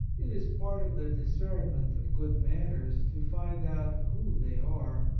it is part of the discernment of good manners to find out who they are,